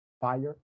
Fire